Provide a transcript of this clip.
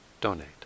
donate